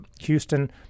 Houston